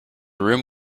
room